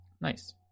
Nice